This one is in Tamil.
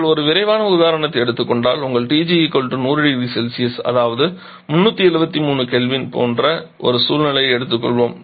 நாங்கள் ஒரு விரைவான உதாரணத்தை எடுத்துக் கொண்டால் உங்கள் TG 100 0C அதாவது 373 K போன்ற ஒரு சூழ்நிலையை எடுத்துக்கொள்வோம்